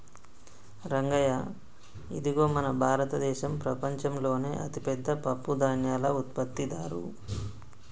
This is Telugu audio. రంగయ్య ఇదిగో మన భారతదేసం ప్రపంచంలోనే అతిపెద్ద పప్పుధాన్యాల ఉత్పత్తిదారు